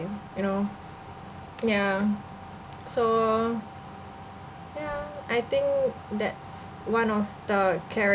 you know ya so ya I think that's one of the characteristics